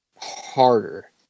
harder